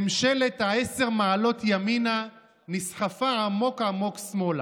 ממשלת עשר המעלות ימינה נסחפה עמוק עמוק שמאלה.